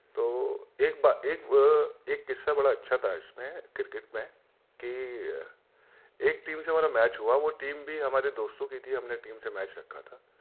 تو ایک با ایک ایک قصہ بڑا اچھا تھا اس میں کرکٹ میں کہ ایک ٹیم سے ہمارا میچ ہوا وہ ٹیم بھی ہمارے دوستوں کی تھی ہم نے ٹیم سے میچ رکھا تھا